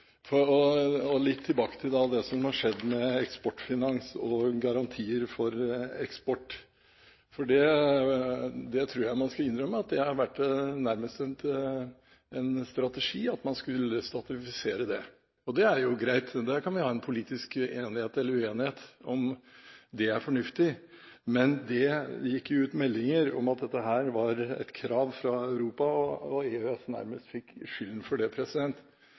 litt tilbake til det som har skjedd med Eksportfinans og garantier for eksport. Jeg tror man skal innrømme at det nærmest har vært en strategi at man skulle statligfisere det – og det er jo greit. Der kan vi ha en politisk enighet eller uenighet om hvorvidt det er fornuftig, men det gikk ut meldinger om at dette var et krav fra Europa, og EØS fikk nærmest skylden for det.